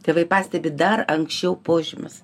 tėvai pastebi dar anksčiau požymius